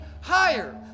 higher